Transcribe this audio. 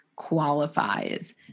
qualifies